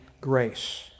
grace